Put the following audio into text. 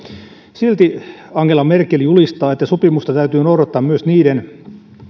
silti angela merkel julistaa että sopimusta täytyy noudattaa myös niiden